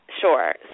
Sure